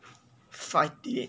fight it